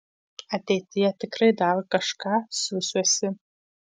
ateityje tikrai dar kažką siųsiuosi